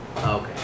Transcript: Okay